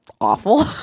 awful